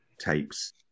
tapes